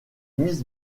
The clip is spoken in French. miss